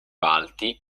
alti